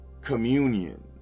communion